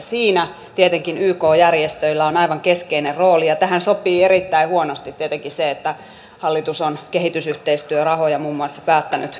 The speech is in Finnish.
siinä tietenkin yk järjestöillä on aivan keskeinen rooli ja tähän sopii erittäin huonosti tietenkin se että hallitus on kehitysyhteistyörahoja muun muassa päättänyt leikata